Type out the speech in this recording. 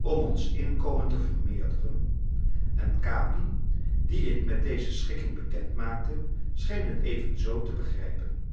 om ons inkomen te vermeerderen en capi dien ik met deze schikking bekend maakte scheen het evenzoo te begrijpen